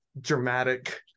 dramatic